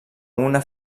una